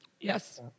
Yes